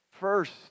First